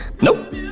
Nope